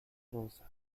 rosa